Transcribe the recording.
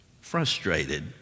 frustrated